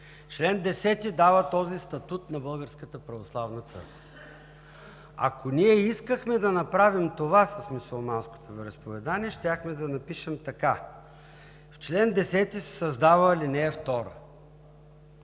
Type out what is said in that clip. Член 10 дава този статут на Българската православна църква. Ако ние искахме да направим това с мюсюлманското вероизповедание, щяхме да напишем така: „В чл. 10 се създава ал.